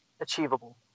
achievable